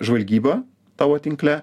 žvalgybą tavo tinkle